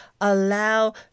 allow